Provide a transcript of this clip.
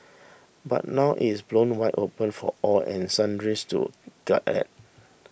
but now it is blown wide open for all and sundries to gawk at